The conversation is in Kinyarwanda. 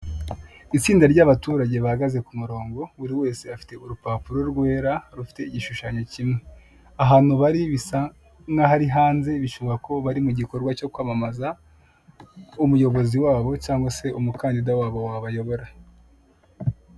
Itsinda ry'abaturage bahagaze ku murungo, buri wese afite urubapuro rwera rufite igishushanyo kimwe. Ahantu bari, bisa nk'aho ari hanze, bishobora kuba bari mu gikorwa kwamamaza wabo umuyobozi cyangwa se umukandida wabo wabayobora.